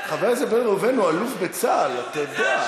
הכנסת בן ראובן הוא אלוף בצה"ל, אתה יודע?